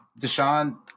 Deshaun